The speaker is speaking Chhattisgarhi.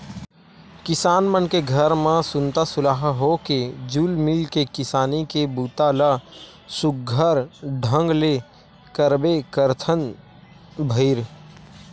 किसान मन के घर म सुनता सलाह होके जुल मिल के किसानी के बूता ल सुग्घर ढंग ले करबे करथन भईर